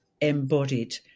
embodied